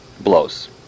blows